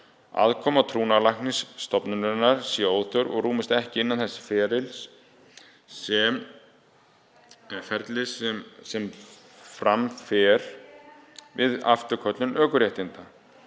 aðkoma trúnaðarlæknis stofnunarinnar sé óþörf og rúmist ekki innan þess ferlis sem fram fer við afturköllun ökuréttinda.